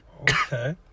Okay